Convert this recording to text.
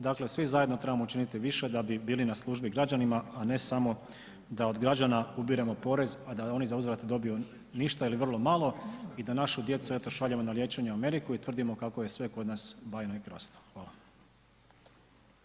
Dakle svi zajedno trebamo učiniti više da bi bili na službi građanima a ne samo da od građana ubiremo porez a da oni zauzvrat dobiju ništa ili vrlo malo i da našu djecu eto šaljemo na liječenje u Ameriku i tvrdimo kako je sve kod nas bajno i krasno.